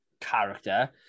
character